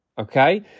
Okay